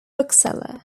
bookseller